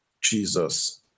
Jesus